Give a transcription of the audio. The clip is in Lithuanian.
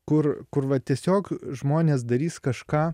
kur kur va tiesiog žmonės darys kažką